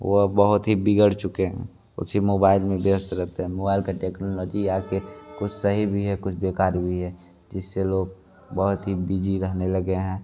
वो अब बहुत ही बिगड़ चुकी है उसी मोबाइल में व्यस्त रहती है मोबाइल की टेक्नोलॉजी आ कर कुछ सही भी है कुछ बेकार भी जिस से लोग बहुत ही बिजी रहने लगे हैं